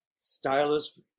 stylist